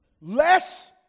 less